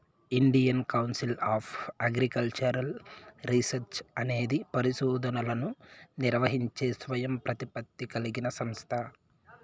Indian council of agricultural research అనేది పరిశోధనలను నిర్వహించే స్వయం ప్రతిపత్తి కలిగిన సంస్థ